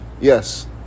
Yes